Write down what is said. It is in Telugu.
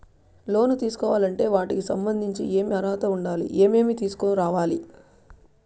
లోను తీసుకోవాలి అంటే వాటికి సంబంధించి ఏమి అర్హత ఉండాలి, ఏమేమి తీసుకురావాలి